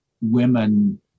women